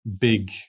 big